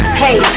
hey